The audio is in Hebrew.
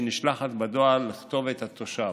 שנשלחת בדואר לכתובת התושב.